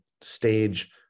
stage